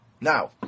Now